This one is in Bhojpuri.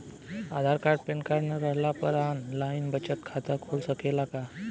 आधार कार्ड पेनकार्ड न रहला पर आन लाइन बचत खाता खुल सकेला का?